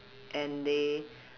and they